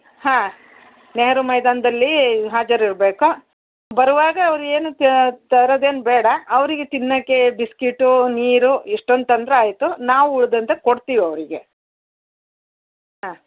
ಹಾಂ ನೆಹರು ಮೈದಾನದಲ್ಲಿ ಹಾಜರಿರಬೇಕು ಬರುವಾಗ ಅವ್ರು ಏನೂ ತರದು ಏನೂ ಬೇಡ ಅವರಿಗೆ ತಿನ್ನಕ್ಕೆ ಬಿಸ್ಕೇಟು ನೀರು ಇಷ್ಟೊಂದು ತಂದ್ರೆ ಆಯಿತು ನಾವು ಉಳ್ದಿದಂಥದ್ದು ಕೊಡ್ತೀವಿ ಅವ್ರಿಗೆ ಹಾಂ